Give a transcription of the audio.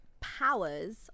powers